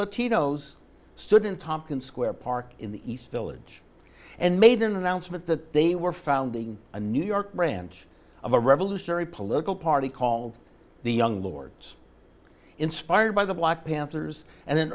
latinos stood in tompkins square park in the east village and made an announcement that they were founding a new york branch of a revolutionary political party called the young lords inspired by the black panthers and